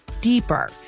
deeper